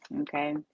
Okay